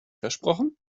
versprochen